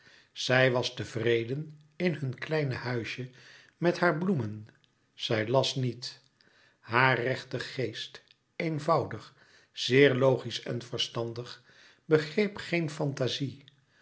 zij was tevreden in hun kleine huisje met haar bloemen zij las niet haar rechte geest eenvoudig zeer logisch en verstandig begreep geen fantazie